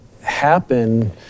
happen